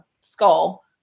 skull